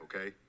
okay